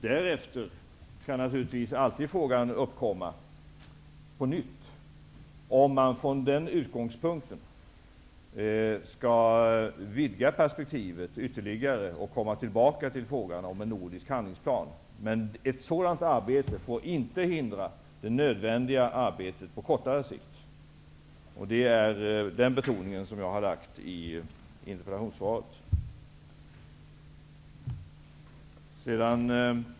Därefter kan naturligtvis alltid frågan uppkomma på nytt om man från den utgångspunkten skall vidga perspektivet ytterligare och återkomma till diskussionen om en nordisk handlingsplan. Ett sådant arbete får inte hindra det nödvändiga arbetet på kortare sikt. Det är den betoningen jag har lagt i interpellationssvaret.